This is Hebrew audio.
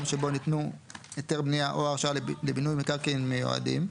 שבו ניתנו היתר בנייה או הרשאה לבינוי מקרקעין מיועדים,